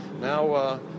now